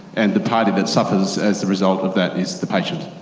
and the party that suffers as the result of that is the patient.